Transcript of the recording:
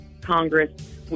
Congress